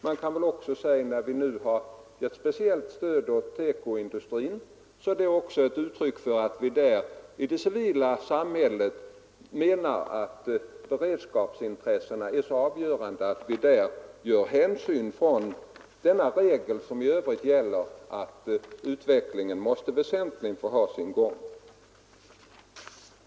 Man kan också säga att det speciella stöd som vi har beviljat TEKO-industrin är ett uttryck för att vi anser beredskapsintressena vara så avgörande att vi där vill göra undantag från den regel som annars gäller, att utvecklingen väsentligen måste ha sin gång.